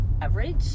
average